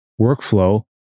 workflow